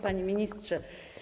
Panie Ministrze!